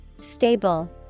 Stable